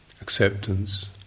acceptance